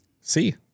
See